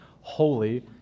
holy